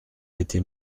été